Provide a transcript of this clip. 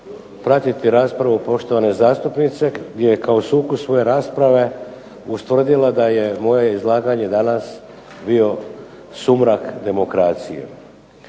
pratiti raspravu poštovane zastupnice gdje je kao sukus svoje rasprave ustvrdila da je moje izlaganje danas bio sumrak demokracije.